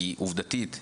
כי עובדתית,